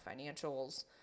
financials